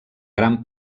gran